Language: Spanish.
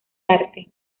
arte